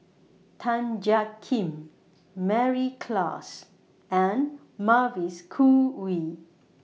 Tan Jiak Kim Mary Klass and Mavis Khoo Oei